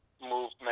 movement